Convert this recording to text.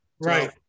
right